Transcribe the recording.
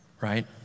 right